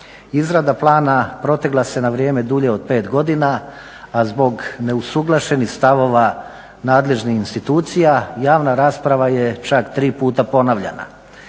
izrada plana protegla se na vrijeme dulje od 5 godina, a zbog neusuglašenih stavova nadležnih institucija javna rasprava je čak tri puta ponavljana